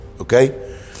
okay